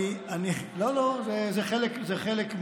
לא, לא, זה חלק מהעניין.